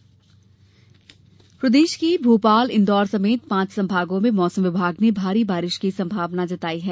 मौसम प्रदेश के भोपाल इंदौर समेत पांच संभागों में मौसम विभाग ने भारी बारिश की संभावना जताई है